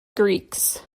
greeks